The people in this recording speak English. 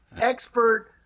expert